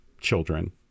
children